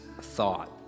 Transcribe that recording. thought